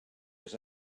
was